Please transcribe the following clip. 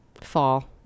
Fall